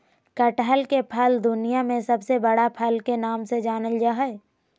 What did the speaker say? कटहल के फल दुनिया में सबसे बड़ा फल के नाम से जानल जा हइ